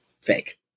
fake